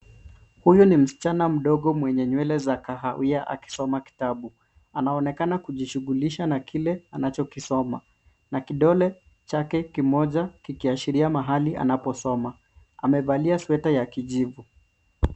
Huyu ni msichana mdogo mwenye nywele za kahawia akisoma kitabu. Anaonekana kujishughulisha na kile anachokisoma. Na kidole chake kimoja kikiashiria mahali anaposoma. Amevalia sweta ya kijivu.